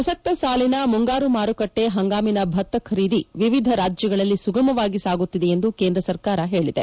ಪ್ರಸಕ್ತ ಸಾಲಿನ ಮುಂಗಾರು ಮಾರುಕಟ್ಷೆ ಹಂಗಾಮಿನ ಭತ್ತ ಖರೀದಿ ವಿವಿಧ ರಾಜ್ಯಗಳಲ್ಲಿ ಸುಗಮವಾಗಿ ಸಾಗುತ್ತಿದೆ ಎಂದು ಕೇಂದ್ರ ಸರ್ಕಾರ ಹೇಳಿದೆ